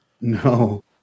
No